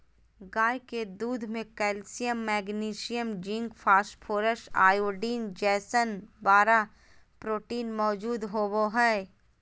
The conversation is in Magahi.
गाय के दूध में calcium, magnesium, zinc, phosphorus, iodine जैसन बारह प्रोटीन मौजूद होबा हइ